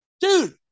Dude